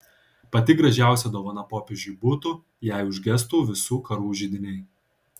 pati gražiausia dovana popiežiui būtų jei užgestų visų karų židiniai